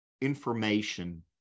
information